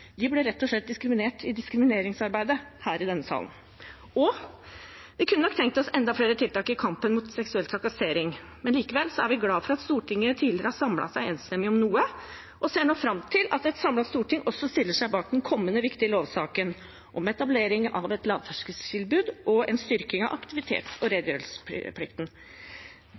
De ble rett og slett diskriminert i diskrimineringsarbeidet her i denne salen. Og vi kunne nok tenkt oss enda flere tiltak i kampen mot seksuell trakassering. Likevel er vi glad for at Stortinget tidligere har samlet seg enstemmig om noe, og ser nå fram til at et samlet storting også stiller seg bak den kommende, viktige lovsaken om etablering av et lavterskeltilbud og en styrking av aktivitets- og redegjørelsesplikten.